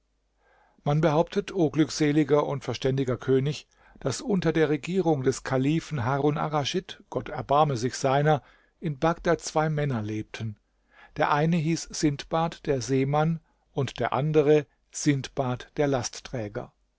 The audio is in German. man behauptet o glückseliger und verständiger könig daß unter der regierung des kalifen harun arraschid gott erbarme sich seiner in bagdad zwei männer lebten der eine hieß sindbad der seemann und der andere sindbad der